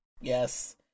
Yes